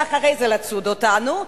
ואחרי זה לצוד אותנו,